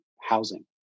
housing